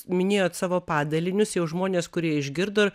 minėjote savo padalinius jau žmonės kurie išgirdo